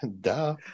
Duh